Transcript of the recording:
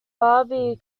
barbary